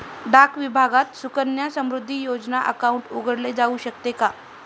डाक विभागात सुकन्या समृद्धी योजना अकाउंट उघडले जाऊ शकते का?